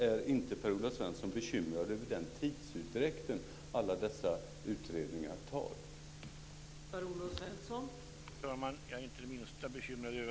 Är inte Per-Olof Svensson bekymrad över den tidsutdräkt alla dessa utredningar leder till?